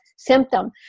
symptom